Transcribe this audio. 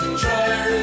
Try